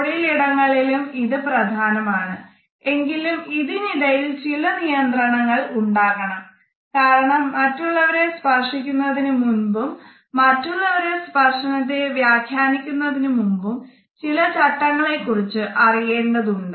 തൊഴിൽ ഇടങ്ങളിലും ഇത് പ്രധാനമാണ് എങ്കിലും ഇതിനിടയിൽ ചില നിയന്ത്രണങ്ങൾ ഉണ്ടാകണം കാരണം മറ്റുള്ളവരെ സ്പർശിക്കുന്നതിന് മുൻപും മറ്റുള്ളവരുടെ സ്പർശനത്തെ വ്യാഖ്യാനിക്കുന്നതിന് മുമ്പും ചില ചട്ടങ്ങളെ കുറിച്ച് അറിയേണ്ടതുണ്ട്